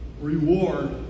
reward